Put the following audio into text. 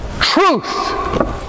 truth